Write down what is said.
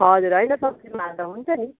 हजुर होइन सब्जीमा हाल्दा हुन्छ नि